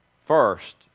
first